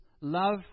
love